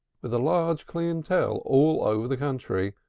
with a large clientele all over the country,